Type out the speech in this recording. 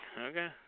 Okay